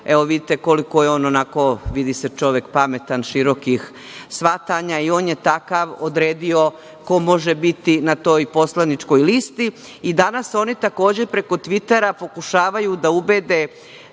on, vidite koliko je čovek pametan, širokih shvatanja, i on je takav odredio ko može biti na toj poslaničkoj listi i danas oni takođe preko Tvitera pokušavaju da ubede